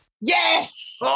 Yes